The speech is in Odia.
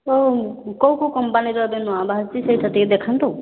କେଉଁ କେଉଁ କେଉଁ କମ୍ପାନୀର ଏବେ ନୂଆ ବାହାରିଛି ସେହିଟା ଟିକେ ଦେଖାନ୍ତୁ